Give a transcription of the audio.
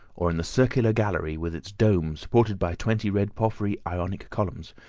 or in the circular gallery with its dome supported by twenty red porphyry ionic columns,